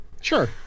Sure